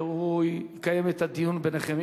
שהוא יקיים את הדיון ביניכם.